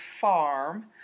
farm